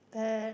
but